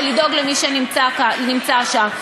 ולדאוג למי שנמצא שם.